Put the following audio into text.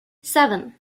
seven